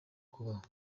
kubaho